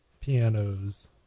pianos